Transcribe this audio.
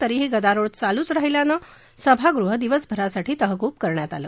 तरीही गदारोळ चालूच राहिल्यानं सभागृह दिवसभरासाठी तहकूब करण्यात आलं